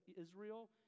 Israel